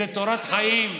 זו תורת חיים,